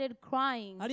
crying